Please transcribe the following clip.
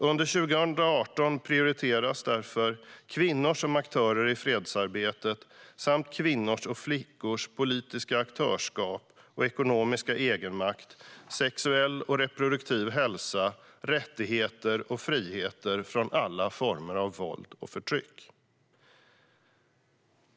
Under 2018 prioriteras därför kvinnor som aktörer i fredsarbetet, kvinnors och flickors aktörskap och ekonomiska egenmakt, sexuell och reproduktiv hälsa och rättigheter samt friheter från alla former av våld och förtryck.